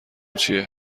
چیه